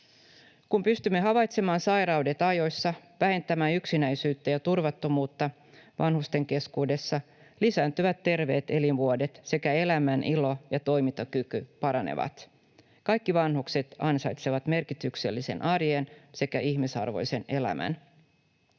Kun pystymme havaitsemaan sairaudet ajoissa, vähentämään yksinäisyyttä ja turvattomuutta vanhusten keskuudessa, lisääntyvät terveet elinvuodet sekä elämänilo ja toimintakyky paranevat. Kaikki vanhukset ansaitsevat merkityksellisen arjen sekä ihmisarvoisen elämän.